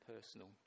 personal